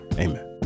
Amen